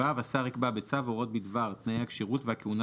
(ו)השר יקבע בצו הוראות בדבר תנאי הכשירות והכהונה